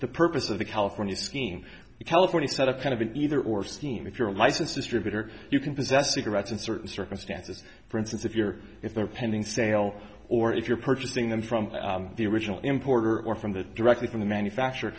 the purpose of the california scheme california set up kind of an either or scheme if your license distributor you can possess cigarettes in certain circumstances for instance if you're if they're pending sale or if you're purchasing them from the original importer or from the directly from the manufacturer